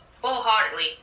full-heartedly